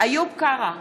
איוב קרא,